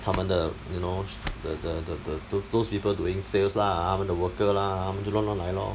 他们的 you know the the the the tho~ those people doing the sales lah 他们的 worker lah 他们就乱乱来 lor